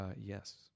Yes